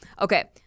Okay